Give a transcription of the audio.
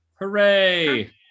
Hooray